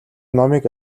номыг